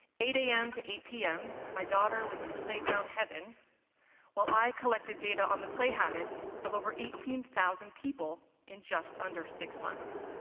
eight a m. to eight p m. my daughter was in playground heaven while i collected data on the play habits of over eighteen thousand people in just under six months.